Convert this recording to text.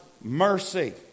mercy